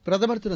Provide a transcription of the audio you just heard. பிரதமர் திரு